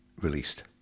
released